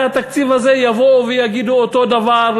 התקציב הזה לא יבואו ויגידו אותו דבר,